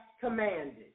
commanded